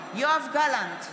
יואב גלנט,